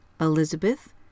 Elizabeth